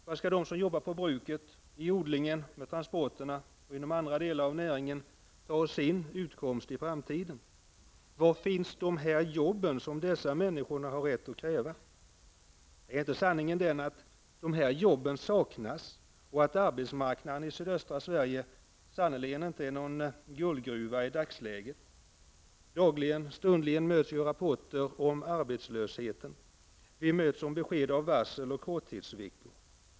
Var skall de som jobbar på bruket, i odlingen, med transporterna och inom andra delar av näringen få sin utkomst i framtiden? Var finns de jobb som de människorna har rätt att kräva? Är inte sanningen den att de jobben saknas och att arbetsmarknaden i sydöstra Sverige i dagsläget sannerligen inte är någon guldgruva? Dagligen och stundligen möts vi av rapporter om arbetslösheten. Vi möts av besked om varsel och korttidsveckor.